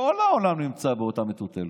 כל העולם נמצא באותה מטוטלת,